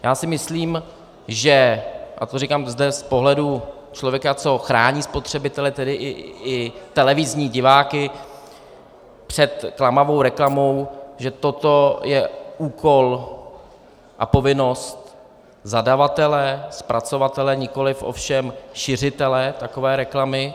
Já si myslím a to říkám zde z pohledu člověka, co chrání spotřebitele, tedy i televizní diváky před klamavou reklamou že toto je úkol a povinnost zadavatele, zpracovatele, nikoliv ovšem šiřitele takové reklamy.